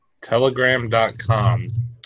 Telegram.com